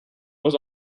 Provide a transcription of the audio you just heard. was